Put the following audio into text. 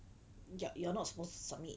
you're you're not supposed to submit